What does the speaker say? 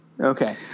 Okay